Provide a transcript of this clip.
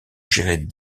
gérés